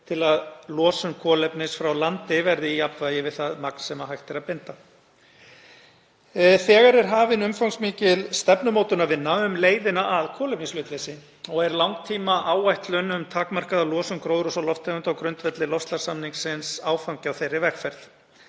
til að losun kolefnis frá landi verði í jafnvægi við það magn sem hægt er að binda. Þegar er hafin umfangsmikil stefnumótunarvinna um leiðina að kolefnishlutleysi og er langtímaáætlun um takmarkaða losun gróðurhúsalofttegunda á grundvelli loftslagssamningsins áfangi á þeirri vegferð.